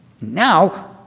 Now